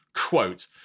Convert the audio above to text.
Quote